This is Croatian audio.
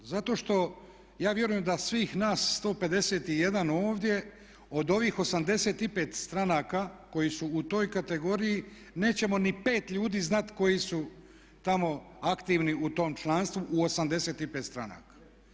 Zato što ja vjerujem da svih nas 151 ovdje od ovih 85 stranaka koje su u toj kategoriji nećemo ni 5 ljudi znati koji su tamo aktivni u tom članstvu u 85 stranaka.